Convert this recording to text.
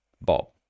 Bob